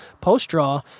post-draw